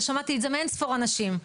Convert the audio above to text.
ושמעתי את זה מאין-ספור אנשים.